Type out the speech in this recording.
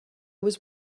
was